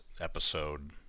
episode